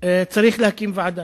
צריך להקים ועדה.